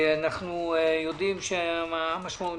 אנחנו יודעים מה המשמעות.